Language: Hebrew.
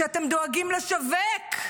שאתם דואגים לשווק,